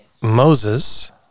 Moses